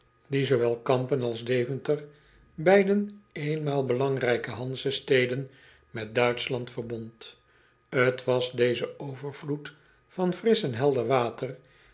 die zoowel ampen als eventer beiden eenmaal belangrijke anzesteden met uitschland verbond t as deze overvloed van frisch en helder water